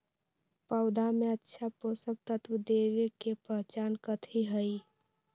पौधा में अच्छा पोषक तत्व देवे के पहचान कथी हई?